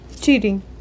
Cheating